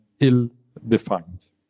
ill-defined